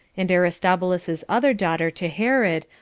and aristobulus's other daughter to herod,